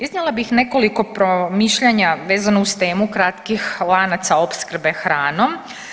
Iznijela bih nekoliko promišljanja vezano uz temu kratkih lanaca opskrbe hranom.